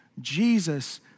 Jesus